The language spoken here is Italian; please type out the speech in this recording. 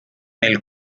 nel